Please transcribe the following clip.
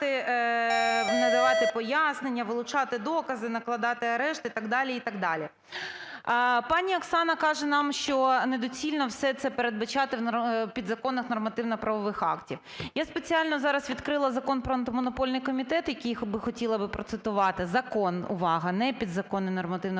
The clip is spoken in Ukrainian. надавати пояснення, вилучати докази, накладати арешти і так далі, і так далі. Пані Оксана каже нам, що недоцільно все це передбачати в підзаконних нормативно-правових актах. Я спеціально зараз відкрила Закон про Антимонопольний комітет, який би хотіла процитувати, закон, увага, не підзаконний нормативно-правовий акт.